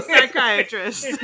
psychiatrist